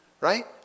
Right